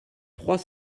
trois